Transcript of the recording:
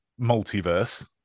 multiverse